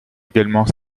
également